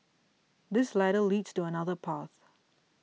this ladder leads to another path